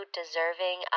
deserving